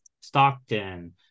Stockton